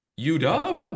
UW